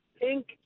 pink